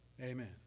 Amen